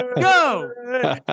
Go